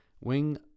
Wing